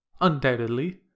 Undoubtedly